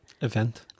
Event